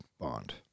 bond